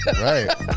Right